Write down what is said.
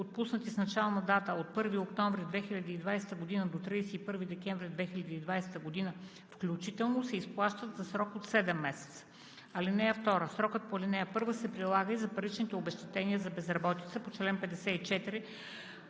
отпуснати с начална дата от 1 октомври 2020 г. до 31 декември 2020 г. включително, се изплащат за срок 7 месеца. (2) Срокът по ал. 1 се прилага и за паричните обезщетения за безработица по чл. 54б,